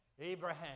Abraham